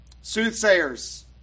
Soothsayers